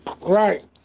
right